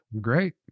great